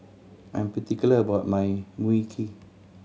I'm particular about my Mui Kee